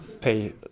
pay